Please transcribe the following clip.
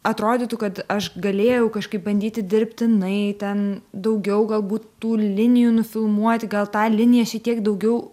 atrodytų kad aš galėjau kažkaip bandyti dirbtinai ten daugiau galbūt tų linijų nufilmuoti gal tą liniją šiek tiek daugiau